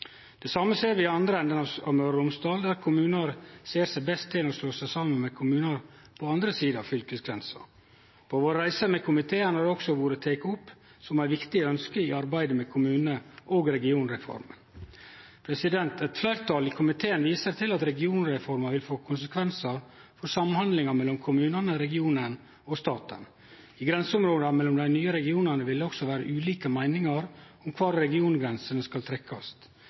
Det same ser vi i andre enden av Møre og Romsdal, der kommunar ser seg best tente med å slå seg saman med kommunar på den andre sida av fylkesgrensa. På våre reiser med komiteen har dette også vore teke opp som eit viktig ønske i arbeidet med kommune- og regionreforma. Eit fleirtal i komiteen viser til at regionreforma vil få konsekvensar for samhandlinga mellom kommunane, regionen og staten. I grenseområda mellom dei nye regionane vil det også vere ulike meiningar om kvar regiongrensene skal